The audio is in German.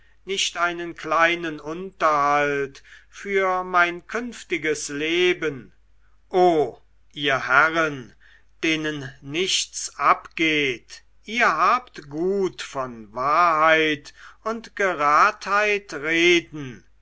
nicht einen kleinen unterhalt für mein künftiges leben o ihr herren denen nichts abgeht ihr habt gut von wahrheit und geradheit reden